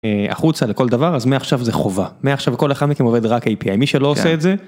החוצה לכל דבר אז מעכשיו זה חובה מעכשיו כל אחד מכם עובד רק אי.פי.איי מי שלא עושה את זה.